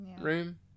room